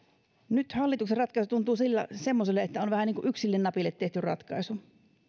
nyt hallituksen ratkaisu tuntuu semmoiselle että on vähän niin kuin yksille napille tehty ratkaisu